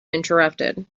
interrupted